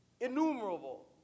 innumerable